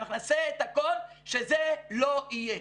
ואנחנו נעשה את הכול שזה לא יהיה.